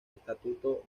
estatuto